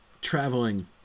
traveling